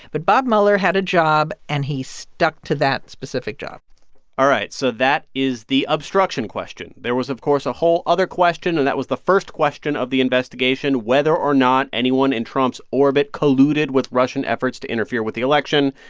but bob mueller had a job. and he stuck to that specific job all right. so that is the obstruction question. there was, of course, a whole other question. and that was the first question of the investigation whether or not anyone in trump's orbit colluded with russian efforts to interfere with the election.